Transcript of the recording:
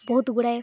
ବହୁତ ଗୁଡ଼ାଏ